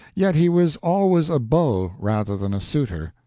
yet he was always a beau rather than a suitor,